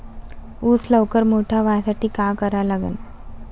ऊस लवकर मोठा व्हासाठी का करा लागन?